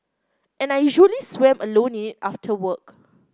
and I usually swam alone in it after work